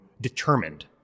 determined